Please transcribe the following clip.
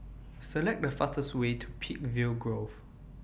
Select The fastest Way to Peakville Grove